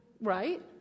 right